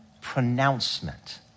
pronouncement